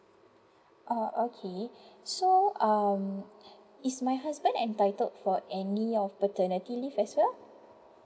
oh okay so um is my husband entitled for any of paternity leave as well